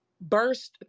burst